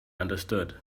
understood